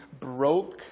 broke